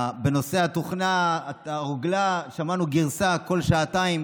בנושא התוכנה, הרוגלה, שמענו גרסה כל שעתיים,